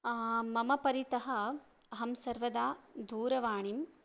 मम परितः अहं सर्वदा दूरवाणीं